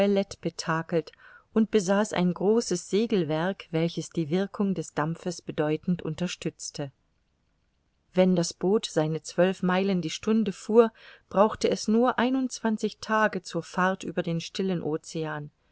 betakelt und besaß ein großes segelwerk welches die wirkung des dampfes bedeutend unterstützte wenn das boot seine zwölf meilen die stunde fuhr brauchte es nur einundzwanzig tage zur fahrt über den stillen ocean